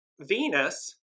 Venus